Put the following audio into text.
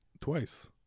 twice